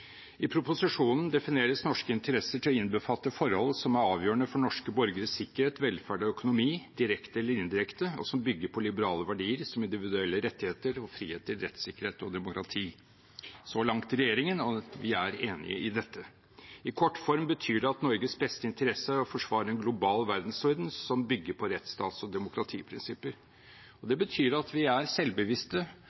I proposisjonen defineres norske interesser til å innbefatte forhold som er avgjørende for norske borgeres sikkerhet, velferd og økonomi, direkte eller indirekte, og som bygger på liberale verdier som individuelle rettigheter og friheter, rettssikkerhet og demokrati. Så langt regjeringen – og vi enig i dette. I kortform betyr det at Norges beste interesse er å forsvare en global verdensorden som bygger på rettsstats- og demokratiprinsipper. Det betyr at vi er selvbevisste og